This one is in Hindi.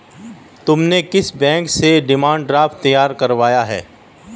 तुमने किस बैंक से डिमांड ड्राफ्ट तैयार करवाया है?